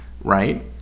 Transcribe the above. right